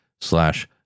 slash